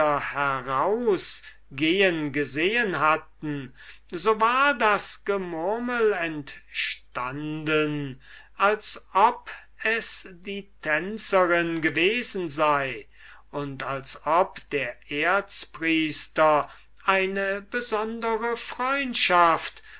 herausgehen gesehen hatten so war das gemurmel entstanden als ob es die tänzerin gewesen sei und als ob der erzpriester eine besondere freundschaft